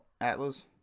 Atlas